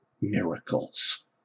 miracles